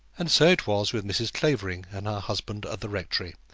and so it was with mrs. clavering and her husband at the rectory.